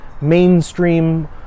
mainstream